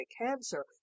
cancer